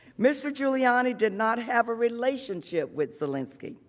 mr. giuliani did not have a relationship with zelensky.